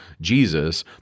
Jesus